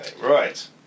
right